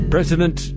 President